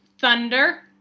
Thunder